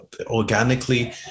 organically